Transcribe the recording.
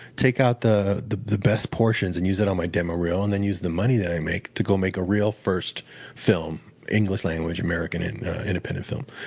take out the the best portions and use it on my demo reel and then use the money that i make to go make a real first film, english language, american, independent film.